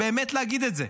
באמת להגיד את זה,